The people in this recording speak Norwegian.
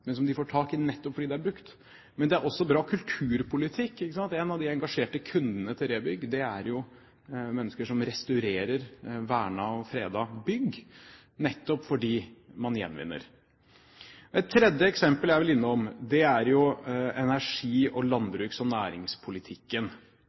men som de får tak i nettopp fordi det er brukt. Men det er også bra kulturpolitikk, ikke sant? Noen av de engasjerte kundene til ReBygg er mennesker som restaurerer vernede og fredete bygg nettopp fordi man gjenvinner. Et tredje eksempel jeg vil innom, er energi- og